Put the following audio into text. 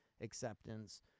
acceptance